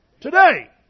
Today